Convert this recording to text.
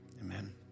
Amen